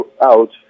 out